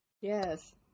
Yes